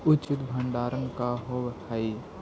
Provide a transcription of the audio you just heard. उचित भंडारण का होव हइ?